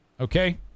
Okay